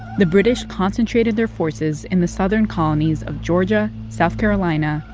the british concentrated their forces in the southern colonies of georgia, south carolina,